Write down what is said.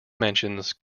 mentions